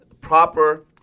Proper